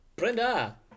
Brenda